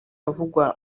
avugwa